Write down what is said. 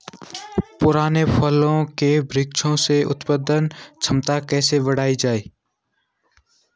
पुराने फल के वृक्षों से उत्पादन क्षमता कैसे बढ़ायी जाए?